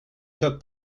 took